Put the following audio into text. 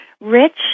rich